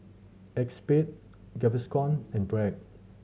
Acexspade Gaviscon and Bragg